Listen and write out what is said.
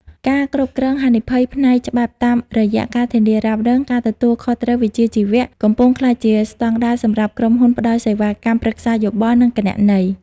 ការគ្រប់គ្រងហានិភ័យ ផ្នែកច្បាប់តាមរយៈ ការធានារ៉ាប់រង ការទទួលខុសត្រូវវិជ្ជាជីវៈ កំពុងក្លាយជាស្ដង់ដារសម្រាប់ក្រុមហ៊ុនផ្ដល់សេវាកម្មប្រឹក្សាយោបល់ និងគណនេយ្យ។